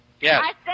Yes